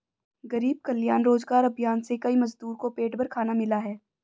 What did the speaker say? गरीब कल्याण रोजगार अभियान से कई मजदूर को पेट भर खाना मिला है